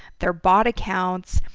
they're bot accounts,